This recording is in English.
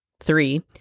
Three